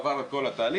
עבר על כל התהליך,